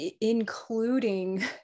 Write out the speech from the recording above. Including